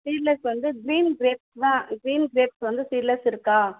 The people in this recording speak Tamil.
சீட்லெஸ் வந்து கிரீன் கிரேப்ஸ் தான் கிரீன் கிரேப்ஸ் வந்து சீட்லெஸ் இருக்கா